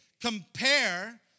compare